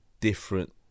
different